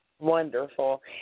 Wonderful